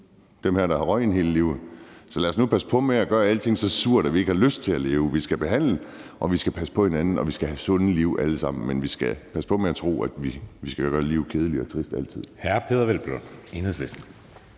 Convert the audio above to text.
dem, der havde røget hele livet. Så lad os nu passe på med at gøre alting så surt, at vi ikke har lyst til at leve. Vi skal passe på hinanden, og vi skal behandle, og vi skal have sunde liv alle sammen, men vi skal passe på med at tro, at vi skal gøre livet lidt kedeligt og trist altid.